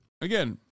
again